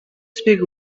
speak